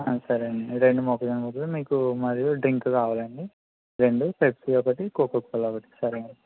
సరే అండి రెండు మొక్కజొన్న పొత్తులు మరియు మీకు డ్రింక్ కావాలండి రెండు పెప్సి ఒకటి కోకోకోలా ఒకటి సరేనండి